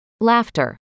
laughter